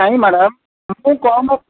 ନାଇଁ ମାଡ଼ାମ୍ ମୁଁ କମ